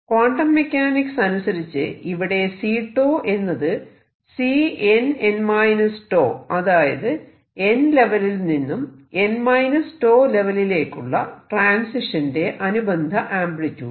quantum mechanics അനുസരിച്ച് ഇവിടെ C𝞃 എന്നത് Cnn 𝞃 അതായത് n ലെവലിൽ നിന്നും n 𝞃 ലെവെലിലേക്കുള്ള ട്രാൻസിഷന്റെ അനുബന്ധ ആംപ്ലിട്യൂഡ്